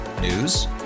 News